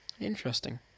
Interesting